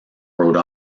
rhode